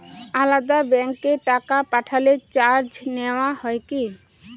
আলাদা ব্যাংকে টাকা পাঠালে চার্জ নেওয়া হয় কি?